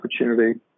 opportunity